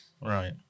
Right